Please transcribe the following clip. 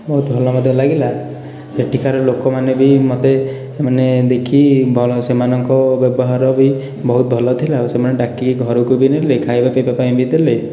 ବହୁତ ଭଲ ମଧ୍ୟ ଲାଗିଲା ସେଠିକାର ଲୋକ ମାନେ ବି ମୋତେ ମାନେ ଦେଖି ସେମାନଙ୍କ ବ୍ୟବହାର ବି ବହୁତ ଭଲ ଥିଲା ଆଉ ସେମାନେ ବି ଡାକିକି ଘରକୁ ବି ନେଲେ ଖାଇବା ପିଇବା ପାଇଁ ବି ଦେଲେ